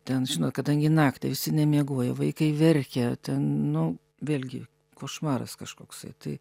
ten žinot kadangi naktį visi nemiegoję vaikai verkia ten nu vėlgi košmaras kažkoksai tai